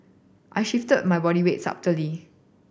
I shift my body weight subtly